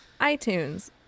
iTunes